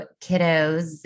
kiddos